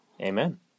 Amen